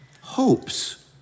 hopes